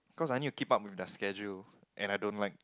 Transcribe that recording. cause I need to keep up in their schedule and I don't like